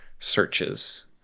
searches